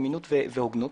אמינות והוגנות,